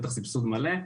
בטח סבסוד מלא,